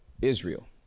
Israel